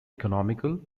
economical